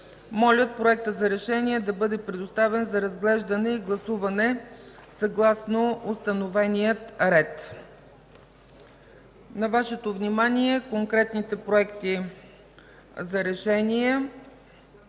„Моля, Проектът за решение да бъде предоставен за разглеждане и гласуване съгласно установения ред.” На Вашето внимание конкретните проекти за решения: